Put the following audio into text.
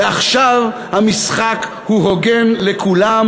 ועכשיו המשחק הוא הוגן לכולם,